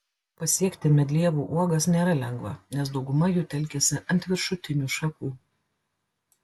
pasiekti medlievų uogas nėra lengva nes dauguma jų telkiasi ant viršutinių šakų